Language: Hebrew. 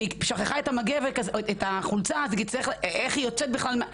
ואם היא שכחה את החולצה אין לה איך לצאת בכלל.